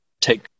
take